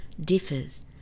differs